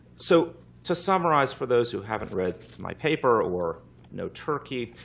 so to summarize for those who haven't read my paper or know turkey,